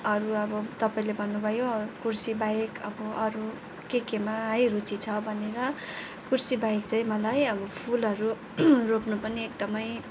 अरू अब तपाईँले भन्नुभयो कुर्सीबाहेक अब अरू के केमा है रुचि छ भनेर कुर्सीबाहेक चाहिँ मलाई अब फुलहरू रोप्नु पनि एकदमै